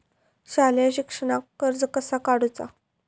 शालेय शिक्षणाक कर्ज कसा काढूचा?